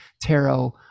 tarot